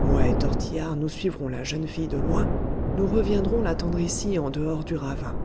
moi et tortillard nous suivrons la jeune fille de loin nous reviendrons l'attendre ici en dehors du ravin